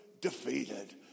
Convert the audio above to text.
defeated